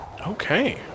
Okay